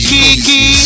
Kiki